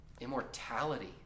Immortality